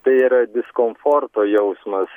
tai yra diskomforto jausmas